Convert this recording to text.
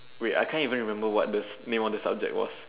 wait I can't even remember what the name of the subject was